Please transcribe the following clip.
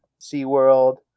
SeaWorld